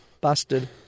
Busted